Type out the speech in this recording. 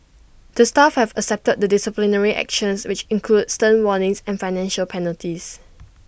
the staff have accepted the disciplinary actions which include stern warnings and financial penalties